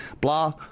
blah